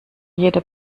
jeder